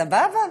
סבבה.